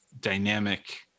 dynamic